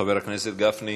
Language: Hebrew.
חבר הכנסת גפני,